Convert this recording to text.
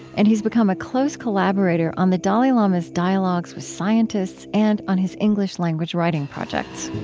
and he's become a close collaborator on the dalai lama's dialogues with scientists and on his english-language writing projects